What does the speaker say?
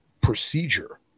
procedure